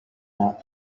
not